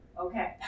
Okay